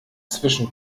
zwischen